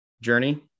journey